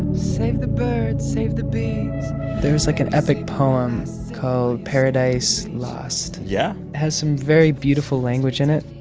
save the birds. save the bees there was, like, an epic poem called paradise lost. yeah has some very beautiful language in it.